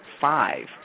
five